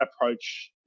approach